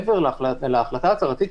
מעבר להחלטה ההצהרתית,